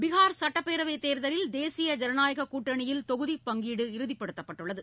பீகார் சுட்டப்பேரவைத் தேர்தலில் தேசிய ஜனநாயக கூட்டணியில் தொகுதி பங்கீடு இறுதிப்படுத்தப்பட்டுள்ளது